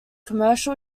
commercial